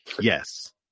Yes